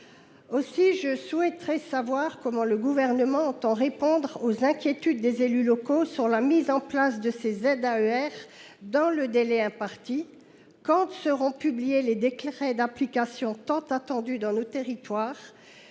Aussi, je souhaiterais savoir comment le Gouvernement entend répondre aux inquiétudes des élus locaux sur la mise en place des ZAER dans le délai imparti. Quand les décrets d’application tant attendus dans nos territoires